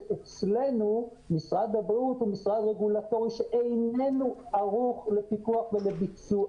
משרד הבריאות הוא משרד רגולטורי שאינו ערוך לפיקוח ולביצוע.